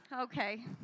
Okay